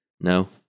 No